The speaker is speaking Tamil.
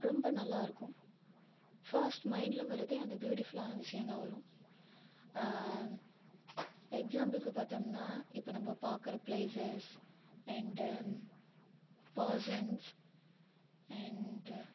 ரொம்ப நல்லா இருக்கும் ஃபஸ்ட் மைண்டில் வரதே அந்த பியூட்டிஃபுல்லான விஷயம்தான் வரும் எக்ஸாம்பிள்கு பார்த்தம்ன்னா இப்போ நம்ப பார்க்கற ப்ளேஸஸ் அண்டு பேர்சன்ஸ் அண்டு